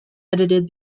edited